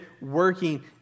working